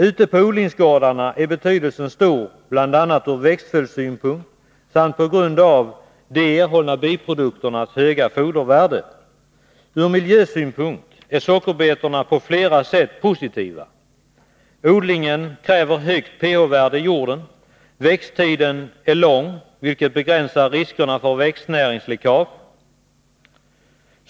Ute på odlingsgårdarna är betydelsen stor bl.a. ur växtföljdssynpunkt samt på grund av de erhållna biprodukternas höga fodervärde. Ur miljösynpunkt är sockerbetorna positiva på flera sätt: Odlingen kräver högt pH-värde i jorden. Växttiden är lång, vilket begränsar riskerna för växtnäringsläckage.